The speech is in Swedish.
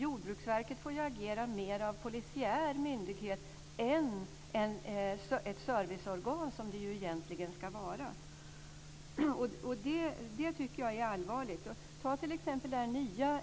Jordbruksverket får ju agera mer som en polisiär myndighet än som ett serviceorgan, som det ju egentligen ska vara. Det tycker jag är allvarligt. Ta t.ex. det här nya